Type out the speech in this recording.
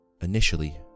Initially